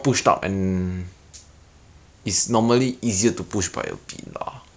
is the is the same orh !wow! I touch this skill orh kill then next one